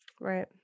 Right